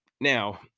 Now